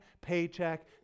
paycheck